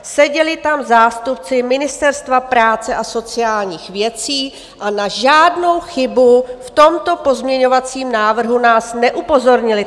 Seděli tam zástupci Ministerstva práce a sociálních věcí a na žádnou chybu v tomto pozměňovacím návrhu nás neupozornili.